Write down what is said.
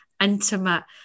intimate